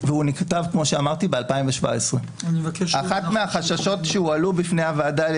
והוא נכתב ב-2017: אחד מהחששות שהועלו בפני הוועדה על